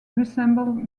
resemble